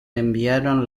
enviaron